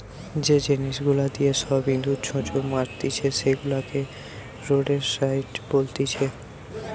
যে জিনিস গুলা দিয়ে সব ইঁদুর, ছুঁচো মারতিছে সেগুলাকে রোডেন্টসাইড বলতিছে